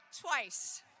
twice